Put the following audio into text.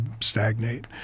stagnate